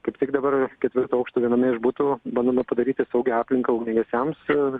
kaip tik dabar ketvirto aukšto viename iš butų bandoma padaryti saugią aplinką ugniagesiams ir